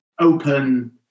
open